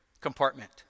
compartment